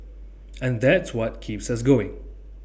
and that's what keeps us going